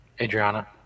Adriana